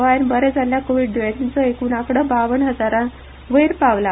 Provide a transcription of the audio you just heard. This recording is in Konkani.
गोंयांत बरें जाल्ल्या कोव्हीड द्येंतींचो एकूण आकडो बावन्न हजारांवयर पावला